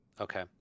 okay